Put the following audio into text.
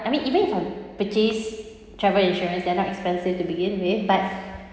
I mean even if I purchase travel insurance they are not expensive to begin with but